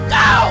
go